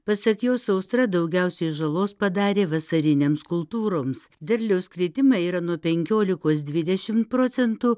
pasak jo sausra daugiausiai žalos padarė vasarinėms kultūroms derliaus kritimai yra nuo penkiolikos dvidešimt procentų